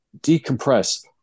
Decompress